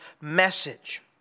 message